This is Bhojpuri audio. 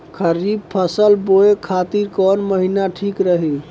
खरिफ फसल बोए खातिर कवन महीना ठीक रही?